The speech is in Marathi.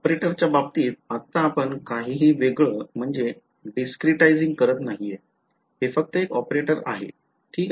ऑपरेटरच्या बाबतीत आत्ता आपण काहीही वेगळं करत नाहीये हे फक्त एक ऑपरेटर आहे ठीक